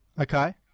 Okay